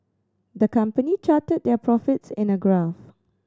the company charted their profits in a graph